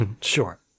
Sure